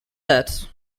that